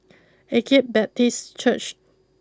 Agape Baptist Church